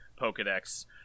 Pokedex